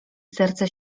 serce